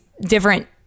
different